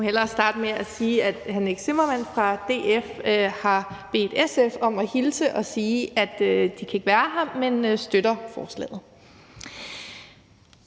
hellere starte med at sige, at hr. Nick Zimmermann fra DF har bedt SF om at hilse og sige, at de ikke kan være her, men støtter forslaget.